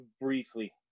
briefly